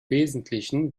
wesentlichen